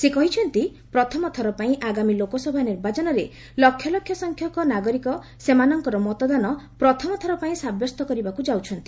ସେ କହିଛନ୍ତି ପ୍ରଥମଥର ପାଇଁ ଆଗାମୀ ଲୋକସଭା ନିର୍ବାଚନରେ ଲକ୍ଷଲକ୍ଷ ସଂଖ୍ୟକ ନାଗରିକ ସେମାନଙ୍କର ମତଦାନ ପ୍ରଥମଥର ପାଇଁ ସାବ୍ୟସ୍ତ କରିବାକୁ ଯାଉଛନ୍ତି